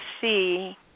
see